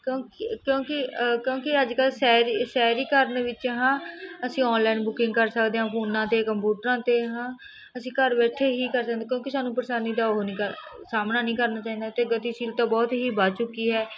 ਕਿਉਂਕਿ ਕਿਉਂਕਿ ਕਿਉਂਕਿ ਅੱਜ ਕੱਲ੍ਹ ਸ਼ਹਿਰੀ ਸ਼ਹਿਰੀਕਰਨ ਵਿੱਚ ਹਾਂ ਅਸੀਂ ਆਨਲਾਈਨ ਬੁਕਿੰਗ ਕਰ ਸਕਦੇ ਹਾਂ ਫੋਨਾਂ 'ਤੇ ਕੰਪਿਊਟਰਾਂ 'ਤੇ ਹਾਂ ਅਸੀਂ ਘਰ ਬੈਠੇ ਹੀ ਕਰਨ ਕਿਉਂਕਿ ਸਾਨੂੰ ਪਰੇਸ਼ਾਨੀ ਦਾ ਉਹ ਨਹੀਂ ਕਰ ਸਾਹਮਣਾ ਨਹੀਂ ਕਰਨਾ ਪੈਂਦਾ ਅਤੇ ਗਤੀਸ਼ੀਲਤਾ ਬਹੁਤ ਹੀ ਵੱਧ ਚੁੱਕੀ ਹੈ